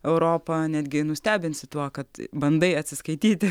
europą netgi nustebinsi tuo kad bandai atsiskaityti